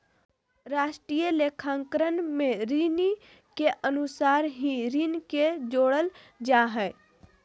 राष्ट्रीय लेखाकरण में ऋणि के अनुसार ही ऋण के जोड़ल जा हइ